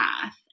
path